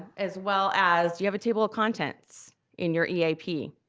as well as, do you have a table of contents in your eap?